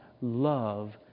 love